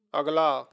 ਅਗਲਾ